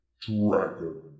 Dragon